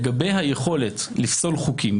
לגבי היכולת לפסול חוקים,